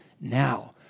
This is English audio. Now